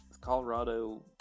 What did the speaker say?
Colorado